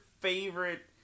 favorite